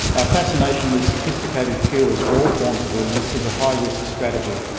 our fascination with sophisticated cures for all forms of illness is a high risk strategy.